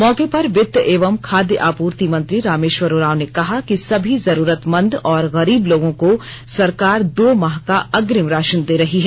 मौके पर वित्त एवं खाद्य आपूर्ति मंत्री रामेश्वर उरांव ने कहा कि सभी जरुरतमंद और गरीब लोगों को सरकार दो माह का अग्रिम राशन दे रही है